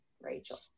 Rachel